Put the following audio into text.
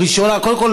הראשונה קודם כול,